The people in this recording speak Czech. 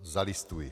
Zalistuji.